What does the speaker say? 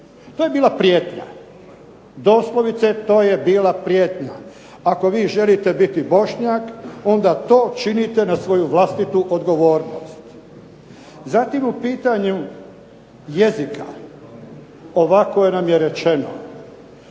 To je bila prijetnja. Doslovce to je bila prijetnja. Ako vi želite biti Bošnjak onda to činite na svoju vlastitu odgovornost. Zatim u pitanju jezika ovako nam je rečeno.